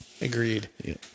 agreed